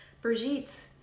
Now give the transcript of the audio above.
brigitte